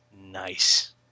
Nice